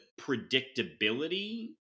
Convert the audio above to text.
predictability